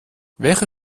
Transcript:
welche